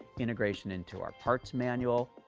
integration into our parts manual.